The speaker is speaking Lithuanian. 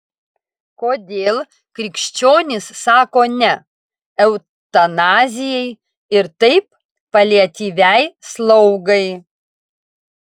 kodėl krikščionys sako ne eutanazijai ir taip paliatyviai slaugai